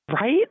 Right